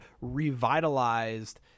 revitalized